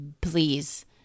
Please